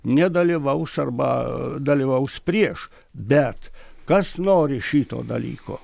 nedalyvaus arba dalyvaus prieš bet kas nori šito dalyko